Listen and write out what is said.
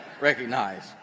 recognize